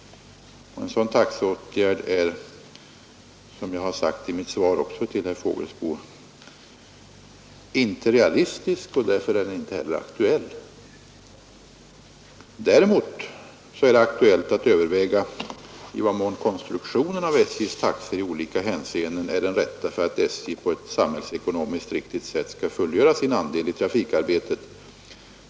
Och som jag sagt i mitt svar till herr Fågelsbo är en sådan taxeåtgärd inte realistisk och därför inte heller aktuell. Däremot är det aktuellt att överväga i vad mån konstruktionen av SJ:s taxor i olika hänseenden är den rätta för att SJ på ett samhällsekonomiskt riktigt sätt skall fullgöra sin andel i trafikarbetet.